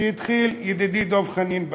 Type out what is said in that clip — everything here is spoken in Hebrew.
שהתחיל ידידי דב חנין: